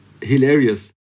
hilarious